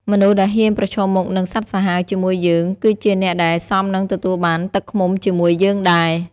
មនុស្សដែលហ៊ានប្រឈមមុខនឹងសត្វសាហាវជាមួយយើង គឺជាអ្នកដែលសមនឹងទទួលបានទឹកឃ្មុំជាមួយយើងដែរ។